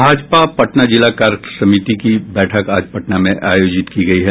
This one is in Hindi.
भाजपा पटना जिला कार्यसमिति की बैठक आज पटना में आयोजित की गई है